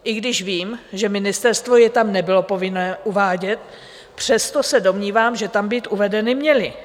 I když vím, že ministerstvo je tam nebylo povinné uvádět, přesto se domnívám, že tam být uvedeny měly.